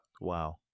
Wow